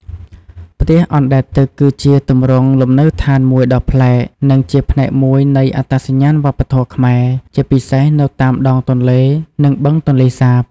ផ្ទះអណ្ដែតទឹក គឺជាទម្រង់លំនៅឋានមួយដ៏ប្លែក និងជាផ្នែកមួយនៃអត្តសញ្ញាណវប្បធម៌ខ្មែរ ជាពិសេសនៅតាមដងទន្លេ និងបឹងទន្លេសាប។